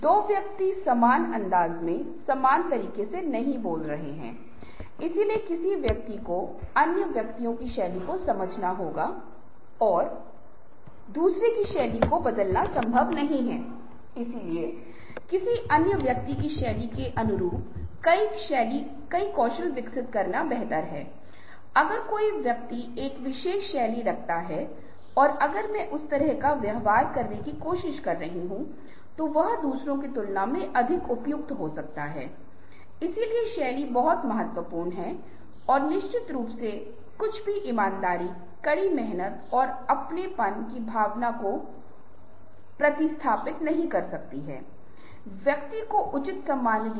प्रत्येक घटक में हम देखते हैं कि इंजीनियरिंग कैसे की जा सकती है इसी तरह अगर नौकरी बहुत जटिल है तो नौकरी को अलग अलग घटकों में समेकित करें और नौकरी के प्रत्येक घटक को पूरा करें या नौकरी के प्रत्येक घटक को एक शेड्यूल के रूप में और दैनिक रूप से संभालें और आपकी तात्कालिक नौकरी से संबंधित को छोड़कर हर दिन सभी कागजात का डेस्क साफ करे